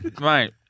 mate